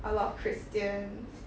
a lot of christians